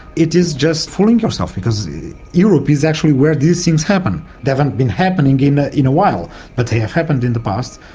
it is just fooling yourself because europe is actually where these things happen. they haven't been happening in a in a while but they have happened in the past,